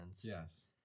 Yes